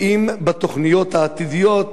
האם בתוכניות העתידיות